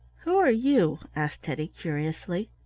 who are you? asked teddy, curiously.